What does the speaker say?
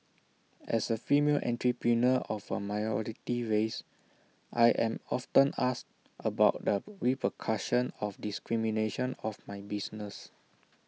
as A female entrepreneur of A minority race I am often asked about the repercussion of discrimination of my business